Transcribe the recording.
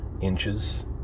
inches